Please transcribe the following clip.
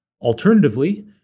Alternatively